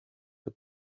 the